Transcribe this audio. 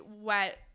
wet